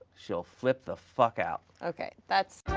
she'll flip the fuck out. okay, that's.